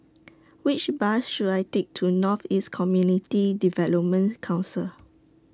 Which Bus should I Take to North East Community Development Council